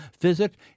visit